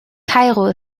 kairo